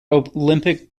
olympic